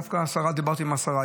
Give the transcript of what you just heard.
דווקא דיברתי עם השרה,